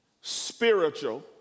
spiritual